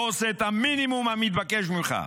לא עושה את המינימום המתבקש ממך.